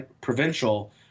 provincial